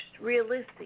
realistic